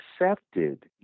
accepted